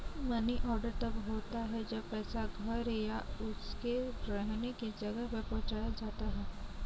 money order तब होता है जब पैसा घर या उसके रहने की जगह पर पहुंचाया जाता है